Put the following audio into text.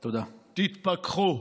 תתפכחו.